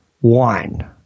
One